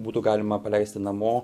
būtų galima paleisti namo